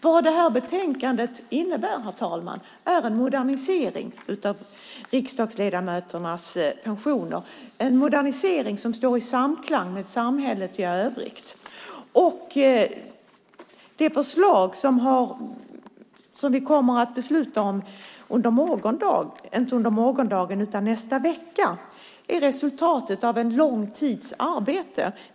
Vad det här betänkandet innebär, herr talman, är en modernisering av riksdagsledamöternas pensioner - en modernisering som står i samklang med samhället i övrigt. Det förslag som vi kommer att besluta om i nästa vecka är resultatet av en lång tids arbete.